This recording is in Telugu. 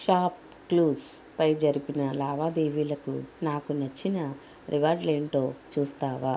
షాప్ క్లూస్పై జరిపిన లావాదేవీలకు నాకు నచ్చిన రివార్డులు ఏంటో చూస్తావా